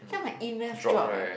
time my e-math drop eh